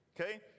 Okay